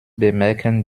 bemerken